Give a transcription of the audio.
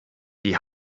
die